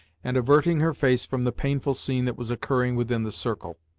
and averting her face from the painful scene that was occurring within the circle.